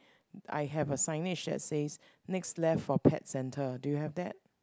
I have a signage that says next left for pet centre do you have that